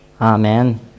Amen